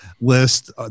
list